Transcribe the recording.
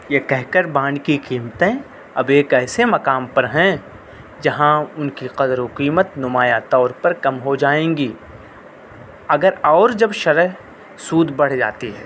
یہ کہہ کر بانڈ کی قیمتیں اب ایک ایسے مقام پر ہیں جہاں ان کی قدر و قیمت نمایاں طور پر کم ہو جائیں گی اگر اور جب شرح سود بڑھ جاتی ہے